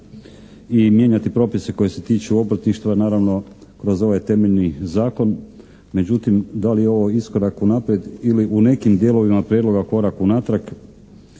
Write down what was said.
i mijenjati propise koji se tiču obrtništva, naravno kroz ovaj temeljni zakon, međutim da li je ovo iskorak unaprijed ili u nekim dijelovima prijedloga korak unatrag